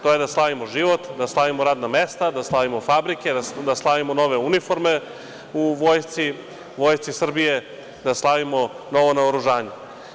To je da slavimo život, da slavimo radna mesta, da slavimo fabrike, da slavimo nove uniforme u Vojsci Srbije, da slavimo novo naoružanje.